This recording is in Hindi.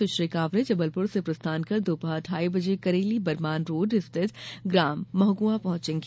सुश्री कांवरे जबलपुर से प्रस्थान कर दोपहर ढाई बजे करेली बरमान रोड स्थित ग्राम महगुवां पहुंचेंगी